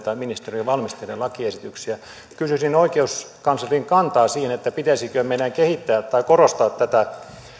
tai ministeriö valmistelee lakiesityksiä kysyisin oikeuskanslerin kantaa siihen pitäisikö meidän kehittää tai korostaa tätä